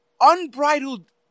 unbridled